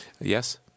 Yes